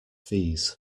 fees